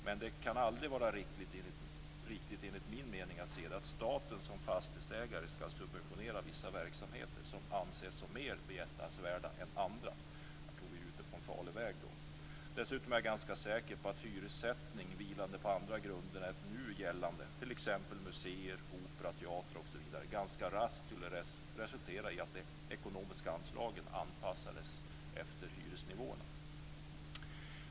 Men det kan aldrig vara riktigt, enligt min mening, att staten som fastighetsägare skall subventionera vissa verksamheter som anses som mer behjärtansvärda än andra. Jag tror att vi är ute på en farlig väg då. Dessutom är jag ganska säker på att en hyressättning vilande på andra grunder än nu gällande för t.ex. museer, opera, teater ganska raskt skulle resultera i att de ekonomiska anslagen anpassades efter hyresnivåerna.